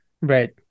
Right